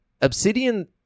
Obsidian